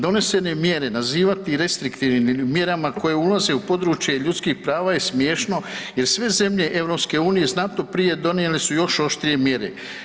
Donesene mjere nazivati restriktivnim mjerama koje ulaze u područje ljudskih prava je smiješno jer sve zemlje EU znatno prije donijele su još oštrije mjere.